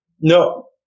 no